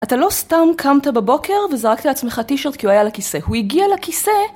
אתה לא סתם קמת בבוקר וזרקת על עצמך טישרט כי הוא היה על הכיסא, הוא הגיע לכיסא...